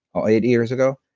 or eight years ago,